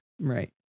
Right